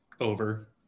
over